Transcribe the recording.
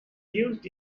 used